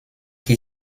qui